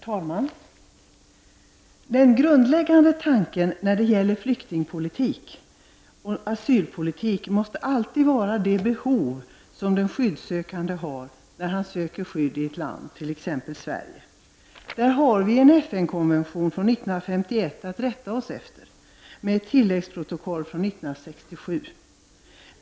Herr talman! Den grundläggande tanken när det gäller flyktingoch asylpolitik måste alltid vara det behov som den skyddssökande har när han söker skydd i ett land, t.ex. Sverige. Vi har där en FN-konvention från 1951 att rätta oss efter med ett tilläggsprotokoll från 1967.